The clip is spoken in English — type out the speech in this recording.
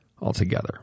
altogether